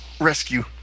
rescue